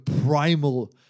primal